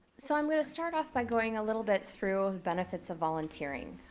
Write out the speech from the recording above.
so i'm gonna start off by going a little bit through benefits of volunteering.